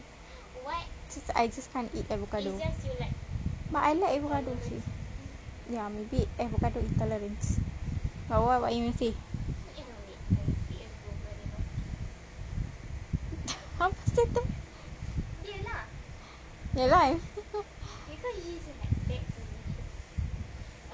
I just can't eat avocado but I like avocado ya maybe avocado intolerant ya what you wanna say